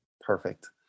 perfect